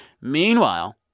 Meanwhile